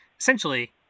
essentially